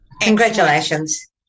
congratulations